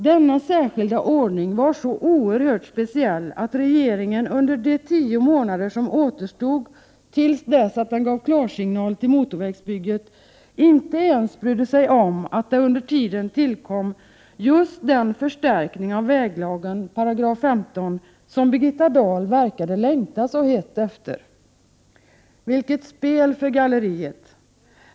Denna särskilda ordning var så oerhört speciell att regeringen under de tio månader som återstod till dess att den gav klarsignal till motorvägsbygget inte ens brydde sig om att det under tiden tillkom just den förstärkning av väglagen som Birgitta Dahl verkade längta så hett efter. Vilket spel för galleriet!